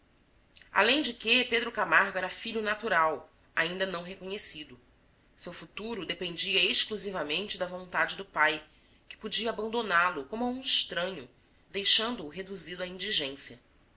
além de que pedro camargo era filho natural ainda não reconhecido seu futuro dependia exclusivamente da vontade do pai que podia abandoná-lo como a um estranho deixando-o reduzido à indigência